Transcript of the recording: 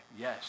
yes